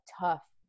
tough